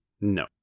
No